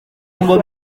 ngo